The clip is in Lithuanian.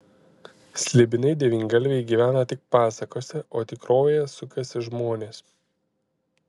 slibinai devyngalviai gyvena tik pasakose o tikrovėje sukasi žmonės